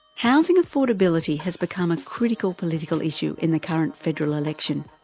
housing affordability has become a critical political issue in the current federal election.